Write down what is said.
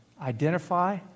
Identify